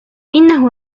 إنه